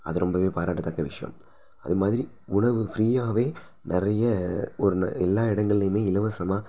அது ரொம்பவே பாராட்டத்தக்க விஷயம் அது மாதிரி உணவு ஃப்ரீயாகவே நிறைய ஒன்று எல்லா இடங்கள்லயுமே இலவசமாக